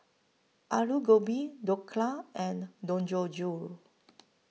Alu Gobi Dhokla and Dangojiru